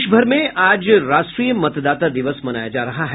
देश भर में आज राष्ट्रीय मतदाता दिवस मनाया जा रहा है